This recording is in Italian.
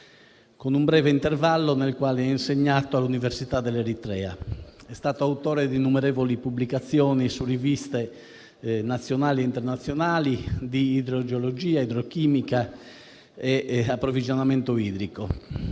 (con un breve intervallo, nel quale ha insegnato all'università in Eritrea). È stato autore di innumerevoli pubblicazioni su riviste, nazionali e internazionali, di idrogeologia, idrochimica e approvvigionamento idrico.